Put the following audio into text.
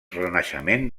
renaixement